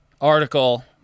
article